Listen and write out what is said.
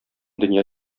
дөнья